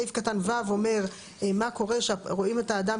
סעיף קטן (ו) אומר מה קורה שרואים את האדם